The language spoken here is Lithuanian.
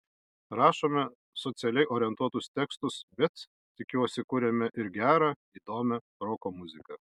rašome socialiai orientuotus tekstus bet tikiuosi kuriame ir gerą įdomią roko muziką